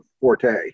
forte